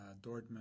Dortmund